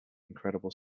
incredible